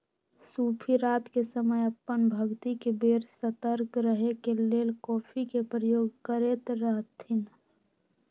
सूफी रात के समय अप्पन भक्ति के बेर सतर्क रहे के लेल कॉफ़ी के प्रयोग करैत रहथिन्ह